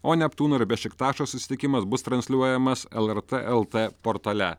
o neptūno ir bešiktašo susitikimas bus transliuojamas lrt lt portale